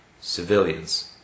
civilians